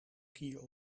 kier